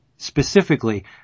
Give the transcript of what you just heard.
specifically